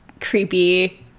creepy